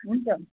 हुन्छ